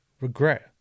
regret